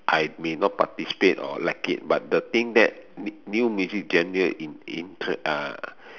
I may not participate or like it but the thing that new new music genre in in tre~ uh